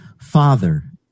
Father